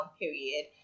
period